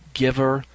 giver